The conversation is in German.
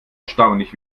erstaunlich